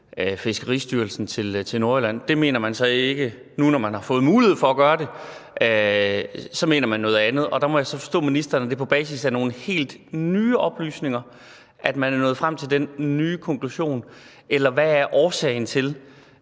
Fiskeristyrelsen til Nordjylland. Det mener man så ikke nu, hvor man har fået muligheden for at gøre det – man mener noget andet. Må jeg forstå ministeren sådan, at det er på basis af nogle helt nye oplysninger, at man er nået frem til den nye konklusion – eller hvad er årsagen til,